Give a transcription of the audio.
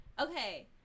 okay